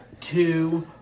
two